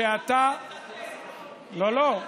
שאתה, לא, לא.